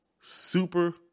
Super